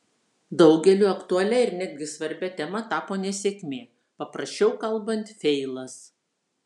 daugeliui aktualia ir netgi svarbia tema tapo nesėkmė paprasčiau kalbant feilas